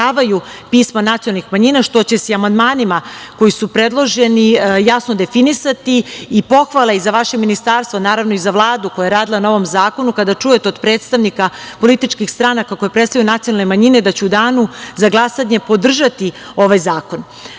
ugrožavaju pisma nacionalnih manjina, što će se i amandmanima koji su predloženi jasno definisati. Pohvala i za vaše Ministarstvo, naravno, i za Vladu koja je radila na ovom zakonu, kada čujete od predstavnika političkih stranaka koji predstavljaju nacionalne manjine da će u danu za glasanje podržati ovaj zakon. Ali,